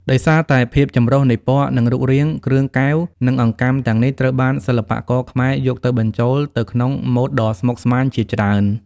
ដោយសារតែភាពចម្រុះនៃពណ៌ និងរូបរាង គ្រឿងកែវ និងអង្កាំទាំងនេះត្រូវបានសិប្បករខ្មែរយកទៅបញ្ចូលទៅក្នុងម៉ូដដ៏ស្មុគស្មាញជាច្រើន។